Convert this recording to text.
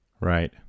Right